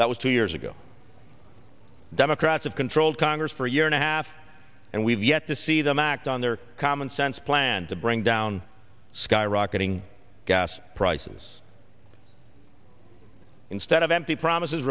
that was two years ago democrats have controlled congress for a year and a half and we've yet to see them act on their commonsense plan to bring down skyrocketing gas prices instead of empty promises